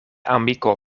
amiko